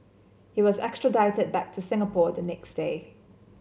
he was extradited back to Singapore the next day